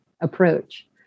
approach